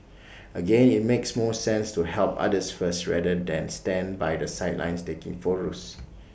again IT makes more sense to help others first rather than stand by the sidelines taking photos